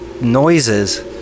noises